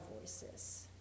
voices